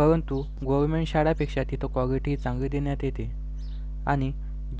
परंतु गोवमेंट शाळेपेक्षा तिथं कॉगिटी चांगली देण्यात येते आणि